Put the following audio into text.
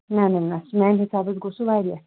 نہ نہ نہ میٛانہِ حِساب حظ گوٚو سُہ واریاہ